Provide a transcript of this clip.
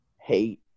hate